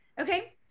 Okay